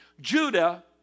Judah